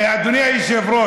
גם הוא לא מקנא בך.